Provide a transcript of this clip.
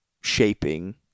shaping